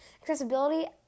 Accessibility